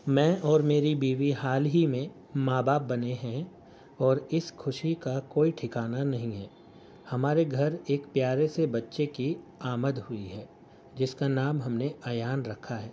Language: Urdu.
میں اور میری بیوی حال ہی میں ماں باپ بنے ہیں اور اس خوشی کا کوئی ٹھکانہ نہیں ہے ہمارے گھر ایک پیارے سے بچے کی آمد ہوئی ہے جس کا نام ہم نے ایان رکھا ہے